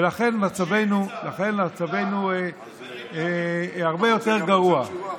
ולכן מצבנו הרבה יותר גרוע.